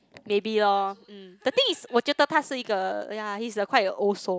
maybe lor mm the thing is 我觉得他是一个 yeah he is quite a old soul